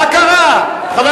מה קרה?